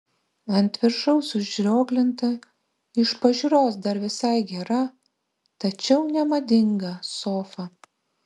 ant viršaus užrioglinta iš pažiūros dar visai gera tačiau nemadinga sofa